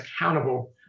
accountable